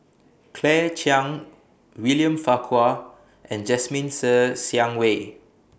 Claire Chiang William Farquhar and Jasmine Ser Xiang Wei